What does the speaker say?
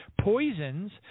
poisons